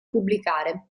pubblicare